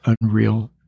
unreal